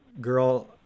girl